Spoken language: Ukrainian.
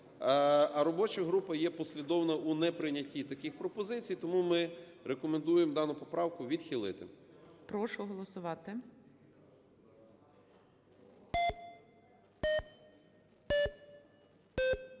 А робоча група є послідовна у неприйнятті таких пропозицій. Тому ми рекомендуємо дану поправку відхилити.